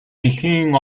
дэлхийн